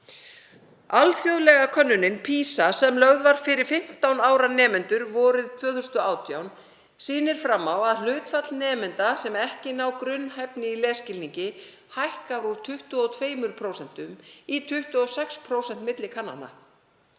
Alþjóðlega könnunin PISA, sem lögð var fyrir 15 ára nemendur vorið 2018, sýnir fram á að hlutfall nemenda sem ekki ná grunnhæfni í lesskilningi hækkar úr 22% í 26% milli kannana.